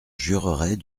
jurerait